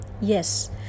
Yes